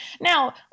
Now